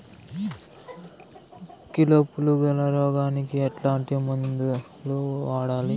Kilo పులుగుల రోగానికి ఎట్లాంటి మందులు వాడాలి?